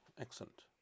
excellent